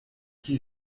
qui